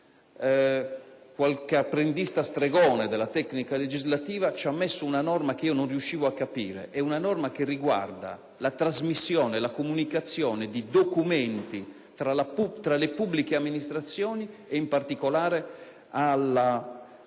qualche apprendista stregone della tecnica legislativa ha introdotto una norma, che personalmente non riuscivo a capire, che riguarda la trasmissione e la comunicazione di documenti tra le pubbliche amministrazioni e, in particolare, alle